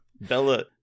Bella